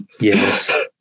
Yes